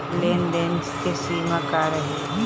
लेन देन के सिमा का रही?